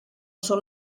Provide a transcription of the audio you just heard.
són